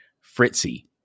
fritzy